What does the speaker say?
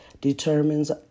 determines